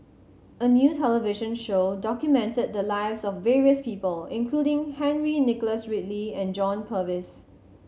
a new television show documented the lives of various people including Henry Nicholas Ridley and John Purvis